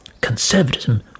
Conservatism